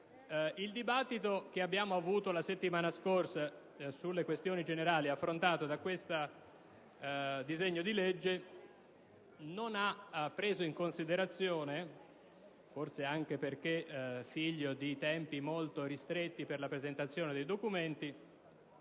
Il dibattito svolto la settimana scorsa sulle questioni generali affrontate da questo disegno di legge non ha preso in considerazione (forse anche perché figlio di tempi molto ristretti per la presentazione dei documenti)